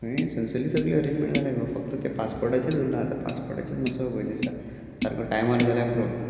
थंय सरली सगली अरेंजमेंट जाल्या गो फक्त ते पासपोर्टाचच उरला आतां पासपोर्टाचेचा मातसो भंय दिसता सारको टायम जल्यारु पुरो